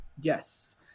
Yes